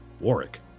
Warwick